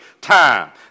time